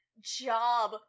job